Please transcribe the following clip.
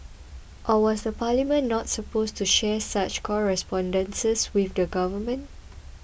or was the Parliament not supposed to share such correspondences with the government